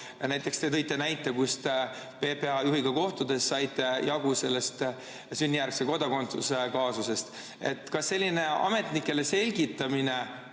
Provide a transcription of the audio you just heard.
Te tõite näite, kus PPA juhiga kohtudes saite jagu sünnijärgse kodakondsuse kaasusest. Kas selline ametnikele selgitamine